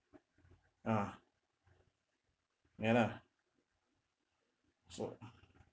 ah ya lah so